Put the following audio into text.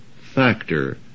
factor